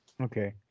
Okay